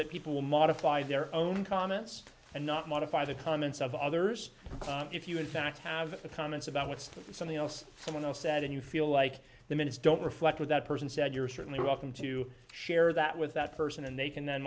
that people will modify their own comments and not modify the comments of others if you in fact have a comments about what's something else someone else said and you feel like the minutes don't reflect what that person said you're certainly welcome to share that with that person and they can then